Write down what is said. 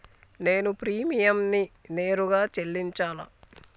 నేను ప్రీమియంని నేరుగా చెల్లించాలా?